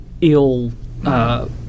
ill –